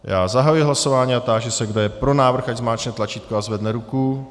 Já zahajuji hlasování a táži se, kdo je pro návrh, ať zmáčkne tlačítko a zvedne ruku.